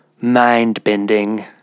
mind-bending